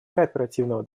кооперативного